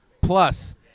plus